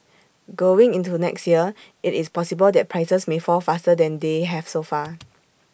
going into next year IT is possible that prices may fall faster than they have so far